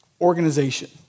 organization